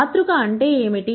మాతృక అంటే ఏమిటి